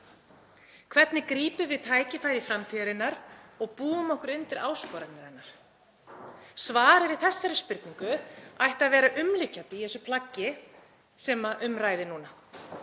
Hvernig grípum við tækifæri framtíðarinnar og búum okkur undir áskoranir hennar? Svarið við þessari spurningu ætti að vera umlykjandi í þessu plaggi sem um ræðir núna